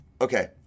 Okay